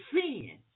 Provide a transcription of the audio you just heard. sin